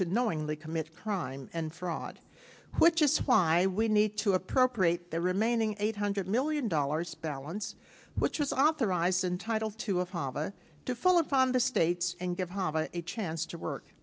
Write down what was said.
to knowingly commit crime and fraud which is why we need to appropriate the remaining eight hundred million dollars balance which is authorized in title to a father to follow up on the states and give him a chance to work